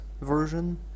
version